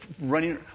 running